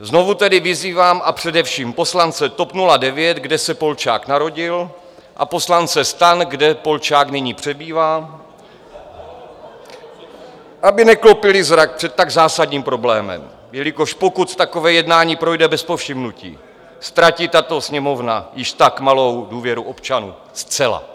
Znovu tedy vyzývám, a především poslance TOP 09, kde se Polčák narodil, a poslance STAN, kde Polčák nyní přebývá, aby neklopili zrak před tak zásadním problémem, jelikož pokud takové jednání projde bez povšimnutí, ztratí tato Sněmovna již tak malou důvěru občanů zcela.